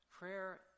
Prayer